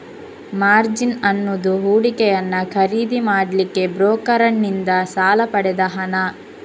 margin ಅನ್ನುದು ಹೂಡಿಕೆಯನ್ನ ಖರೀದಿ ಮಾಡ್ಲಿಕ್ಕೆ ಬ್ರೋಕರನ್ನಿಂದ ಸಾಲ ಪಡೆದ ಹಣ